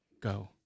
go